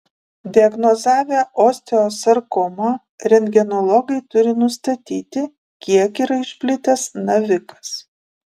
diagnozavę osteosarkomą rentgenologai turi nustatyti kiek yra išplitęs navikas